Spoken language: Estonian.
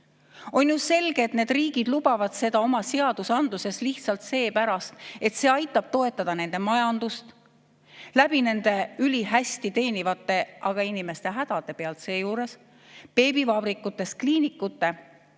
On ju selge, et need riigid lubavad seda oma seadusandluses lihtsalt seepärast, et see aitab toetada nende majandust – nende ülihästi teenivate, aga seejuures inimeste hädade pealt teenivate beebivabrikutest kliinikute